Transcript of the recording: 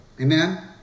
Amen